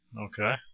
Okay